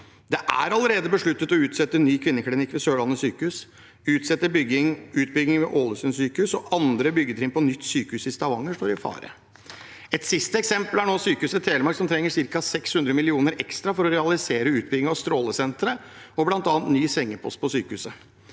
Det er allerede besluttet å utsette ny kvinneklinikk ved Sørlandet sykehus, å utsette utbygging ved Ålesund sykehus og andre byggetrinn på nytt sykehus i Stavanger står i fare. Et siste eksempel er Sykehuset Telemark, som trenger ca. 600 mill. kr ekstra for å realisere utbygging av strålesenteret og bl.a. ny sengepost på sykehuset.